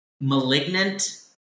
malignant